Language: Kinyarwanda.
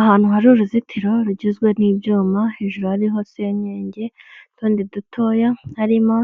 Ahantu hari uruzitiro rugizwe n'ibyuma, hejuru hariho senyenge, n'utundi dutoya harimo